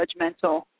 judgmental